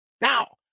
now